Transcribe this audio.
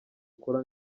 akura